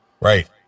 Right